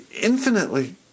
infinitely